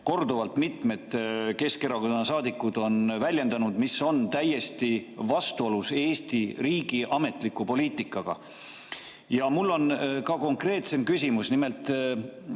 korduvalt mitmed Keskerakonna saadikud on väljendanud. See on täiesti vastuolus Eesti riigi ametliku poliitikaga. Mul on ka konkreetsem küsimus. Nimelt,